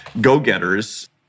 go-getters